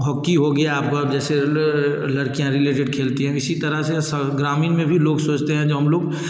hockey हो गया आपका जैसे लडकियाँ रिलेटेड खेलती हैं इसी तरह से स ग्रामीण में भी लोग सोचते हैं जो हम लोग